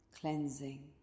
cleansing